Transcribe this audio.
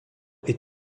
est